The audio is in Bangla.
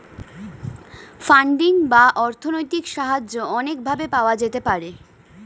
ফান্ডিং বা অর্থনৈতিক সাহায্য অনেক ভাবে পাওয়া যেতে পারে